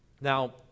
Now